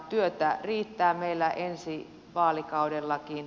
työtä riittää meillä ensi vaalikaudellakin